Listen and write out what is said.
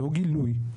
לא גילוי,